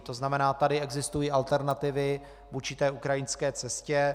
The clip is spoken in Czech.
To znamená, tady existují alternativy vůči té ukrajinské cestě.